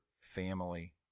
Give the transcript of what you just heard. family